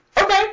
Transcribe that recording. Okay